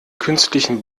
künstlichen